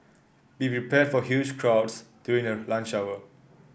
be prepared for huge crowds during the lunch hour